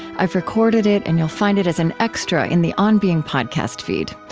i've recorded it, and you'll find it as an extra in the on being podcast feed.